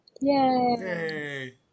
Yay